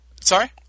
Sorry